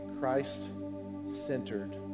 Christ-centered